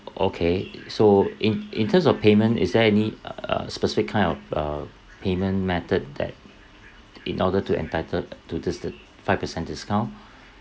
okay so in in terms of payment is there any uh specific kind of uh payment method that in order to entitled to this th~ five percent discount